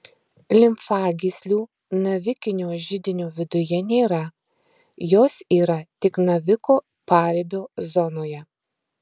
limfagyslių navikinio židinio viduje nėra jos yra tik naviko paribio zonoje